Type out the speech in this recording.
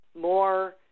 more